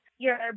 your